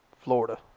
Florida